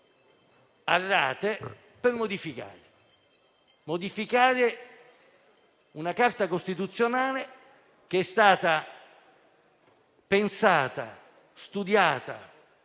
a rate - per modificare una Carta costituzionale che è stata pensata, studiata,